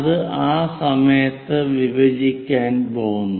അത് ആ സമയത്ത് വിഭജിക്കാൻ പോകുന്നു